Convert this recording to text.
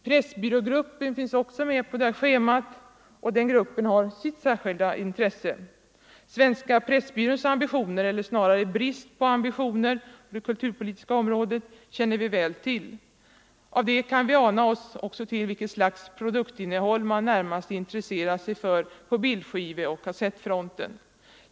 Pressbyrågruppen finns också med på schemat, och den har sitt särskilda intresse. Svenska Pressbyråns ambitioner, eller snarare brist på ambitioner, på det kulturpolitiska området känner vi väl till. Av det kan vi också ana oss till vilket slags produktinnehåll man närmast intresserar sig för på bildskiveoch kassettfronten.